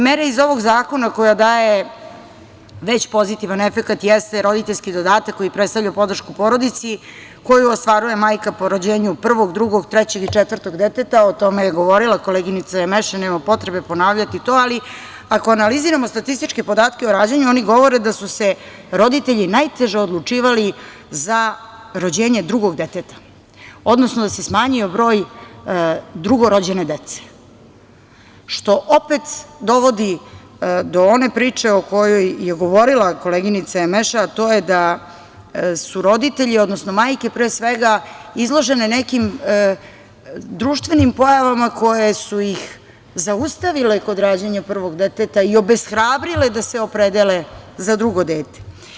Mere iz ovog zakona koja daje već pozitivan efekat jeste roditeljski dodatak koji predstavlja podršku porodici, koju ostvaruje majka po rođenju, prvog, drugog, trećeg i četvrtog deteta, a tome je govorila koleginica Emeše, nema potrebe ponavljati to, ali ako analiziramo statističke podatke o rađanju oni govore da su se roditelji najteže odlučivali za rođenje drugog deteta, odnosno da se smanjio broj drugorođene dece, što opet dovodi do one priče o kojoj je govorila koleginica Emeše, a to je da su roditelji odnosno majke pre svega izložene nekim društvenim pojavama koje su ih zaustavile kod rađanja prvog deteta i obeshrabrile da se opredele za drugo dete.